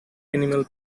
animal